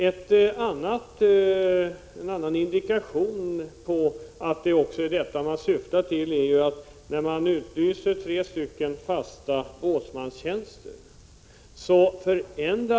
En annan indikation på att detta är vad man syftar till är vad som hände med de tre fasta båtsmanstjänster som utlystes.